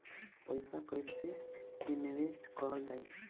पैसा कईसे इनवेस्ट करल जाई?